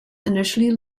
initially